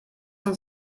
uns